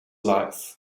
life